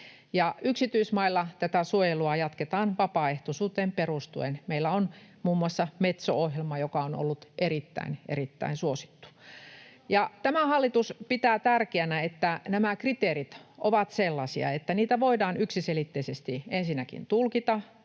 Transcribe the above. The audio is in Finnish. Yksityismailla tätä suojelua jatketaan vapaaehtoisuuteen perustuen. Meillä on muun muassa Metso-ohjelma, joka on ollut erittäin, erittäin suosittu. Tämä hallitus pitää tärkeänä, että nämä kriteerit ovat sellaisia, että niitä voidaan yksiselitteisesti ensinnäkin tulkita